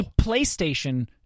playstation